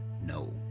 no